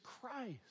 Christ